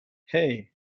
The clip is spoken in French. hey